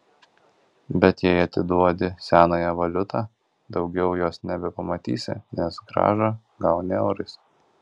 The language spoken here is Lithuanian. bet jei atiduodi senąją valiutą daugiau jos nebepamatysi nes grąžą gauni eurais